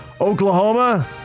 Oklahoma